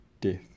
death